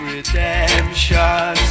Redemption